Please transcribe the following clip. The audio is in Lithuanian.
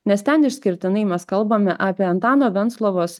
nes ten išskirtinai mes kalbame apie antano venclovos